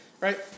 right